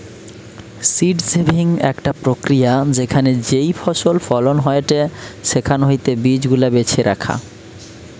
seed saving একটা প্রক্রিয়া যেখানে যেই ফসল ফলন হয়েটে সেখান হইতে বীজ গুলা বেছে রাখা